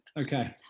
Okay